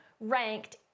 ranked